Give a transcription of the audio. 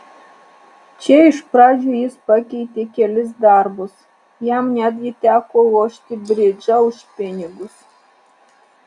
čia iš pradžių jis pakeitė kelis darbus jam netgi teko lošti bridžą už pinigus